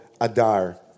Adar